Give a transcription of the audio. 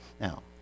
Now